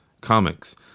comics